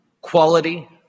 quality